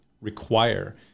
require